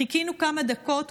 חיכינו כמה דקות,